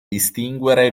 distinguere